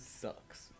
sucks